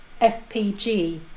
FPG